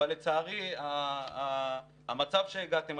אבל לצערי המצב שהגעתם אליו,